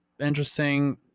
interesting